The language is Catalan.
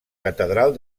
catedral